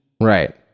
right